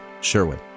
Sherwin